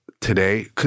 today